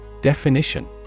Definition